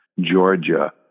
Georgia